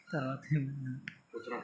తరువాత ఏమి